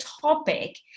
topic